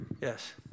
Yes